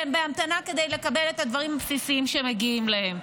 והם בהמתנה כדי לקבל את הדברים הבסיסיים שמגיעים להם.